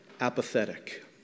apathetic